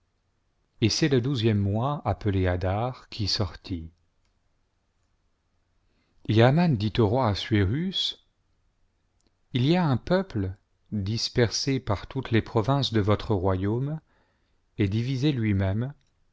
et c'est le douzième mois appelé adar qui sortit et aman dit au roi assuérus il y a un peuple dispersé par toutes les provinces de votre royaume et divisé lui-même